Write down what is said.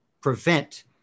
prevent